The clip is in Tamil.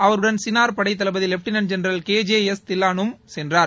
அவருடன் சினார் படைத் தளபதி lieutenant general K J S தில்வானும சென்றார்